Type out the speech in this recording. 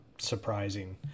surprising